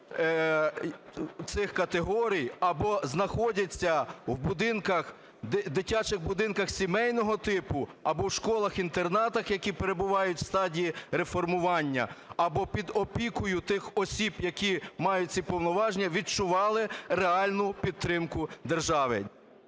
діти цих категорій або знаходяться в дитячих будинках сімейного типу, або в школах-інтернатах, які перебувають у стадії реформування, або під опікою тих осіб, які мають ці повноваження, відчували реальну підтримку держави.